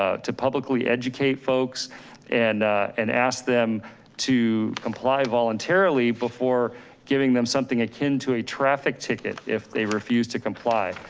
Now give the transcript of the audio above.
ah to publicly educate folks and and ask them to comply voluntarily before giving them something akin to a traffic ticket if they refuse to comply.